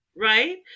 Right